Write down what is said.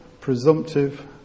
presumptive